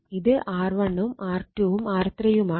ഇത് R1 ഉം R2 ഉം R3 യുമാണ്